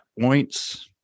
points